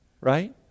Right